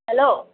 hello